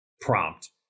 prompt